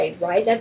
right